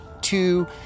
two